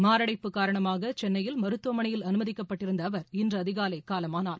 மாரடைப்பு காரணமாக சென்னையில் மருத்துவமனையில் அனுமதிக்கப்பட்டிருந்த அவர் இன்று அதிகாலை காலமானார்